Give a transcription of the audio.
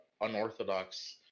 unorthodox